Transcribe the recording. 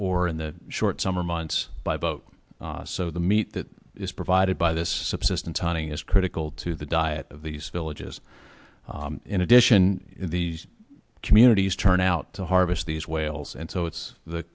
or in the short summer months by boat so the meat that is provided by this subsistence hunting is critical to the diet of these villages in addition in these communities turn out to harvest these whales and so it's the